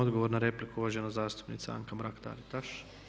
Odgovor na repliku, uvažena zastupnica Anka Mrak-Taritaš.